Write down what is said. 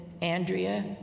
Andrea